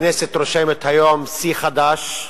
הכנסת רושמת היום שיא חדש,